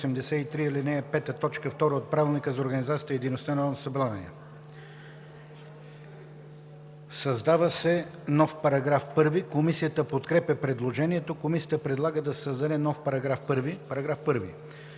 създава се нов § 1. Комисията подкрепя предложението. Комисията предлага да се създаде нов § 1: „§ 1.